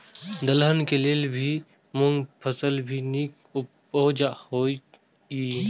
दलहन के लेल भी मूँग फसल भी नीक उपजाऊ होय ईय?